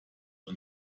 und